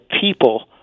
people